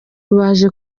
baje